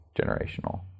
generational